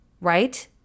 Right